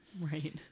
Right